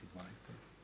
Izvolite.